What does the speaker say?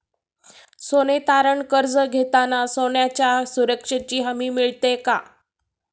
सोने तारण कर्ज घेताना सोन्याच्या सुरक्षेची हमी मिळते का?